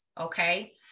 okay